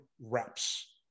reps